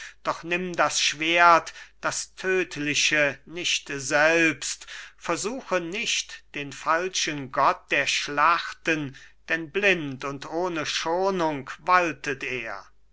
doch nimm das schwert das tödliche nicht selbst versuche nicht den falschen gott der schlachten denn blind und ohne schonung waltet er